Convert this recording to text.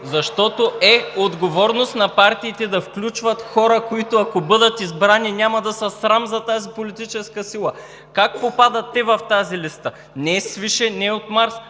защото е отговорност на партиите да включват хора, които, ако бъдат избрани, няма да са срам за тази политическа сила. Как попадат те в тази листа? Не свише, не от Марс!